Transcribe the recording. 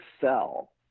sell